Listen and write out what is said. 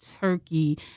turkey